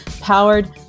powered